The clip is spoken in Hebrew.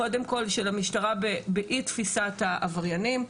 קודם כל של המשטרה באי תפיסת העבריינים.